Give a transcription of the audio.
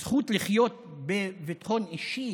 הזכות לחיות בביטחון אישי